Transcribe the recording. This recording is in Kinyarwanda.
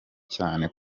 cyane